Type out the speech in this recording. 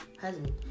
husband